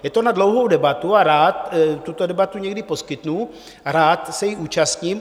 Je to na dlouhou debatu a rád tuto debatu někdy poskytnu, rád se jí zúčastním.